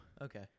Okay